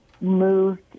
moved